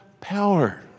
power